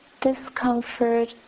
discomfort